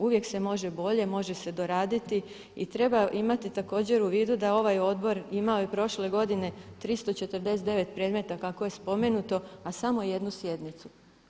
Uvijek se može bolje, može se doraditi i treba imati također u vidu da ovaj odbor imao je prošle godine 349 predmeta kako je spomenuto, a samo jednu sjednicu.